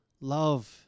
Love